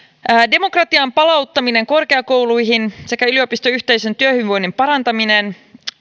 demokratian palauttaminen korkeakouluihin sekä yliopistoyhteisön työhyvinvoinnin parantaminen